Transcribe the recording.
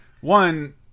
One